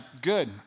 good